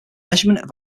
measurement